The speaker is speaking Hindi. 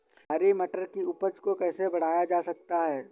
हरी मटर की उपज को कैसे बढ़ाया जा सकता है?